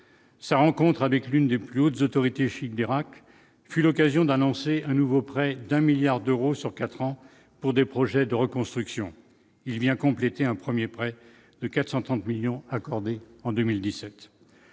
sa rencontre avec l'une des plus hautes autorités chiites d'Irak, fut l'occasion d'annoncer un nouveau prêt d'un milliard d'euros sur 4 ans pour des projets de reconstruction, il vient compléter un 1er prêt de 430 millions accordés en 2017